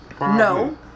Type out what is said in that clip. no